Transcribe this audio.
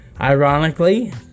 ironically